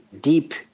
deep